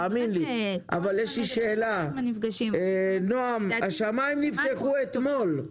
יש לי שאלה, נעם, השמיים נפתחו אתמול.